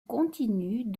continue